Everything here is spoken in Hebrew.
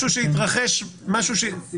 אני סתם אומר משהו שהתרחש -- אין סיכוי.